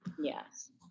Yes